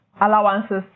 allowances